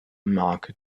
mark